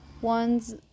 ones